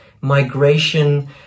migration